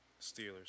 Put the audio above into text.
Steelers